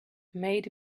made